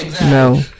no